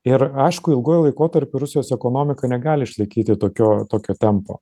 ir aišku ilguoju laikotarpiu rusijos ekonomika negali išlaikyti tokio tokio tempo